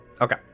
Okay